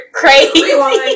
crazy